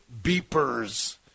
beepers